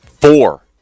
Four